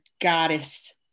goddess